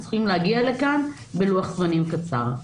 של אנשים שצריכים להגיע לכאן בלוח זמנים קצר.